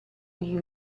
gli